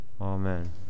Amen